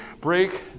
break